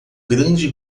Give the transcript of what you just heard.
grande